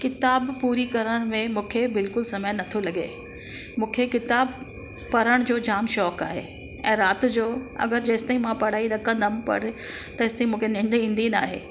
किताबु पूरी करण में मूंखे बिल्कुलु समय नथो लॻे मूंखे किताबु पढ़णु जो जामु शौंक़ु आहे ऐं राति जो अगरि जेसिताईं मां पढ़ाई न कंदमि पढ़ तेसिताईं मूंखे निढ ईंदी नाहे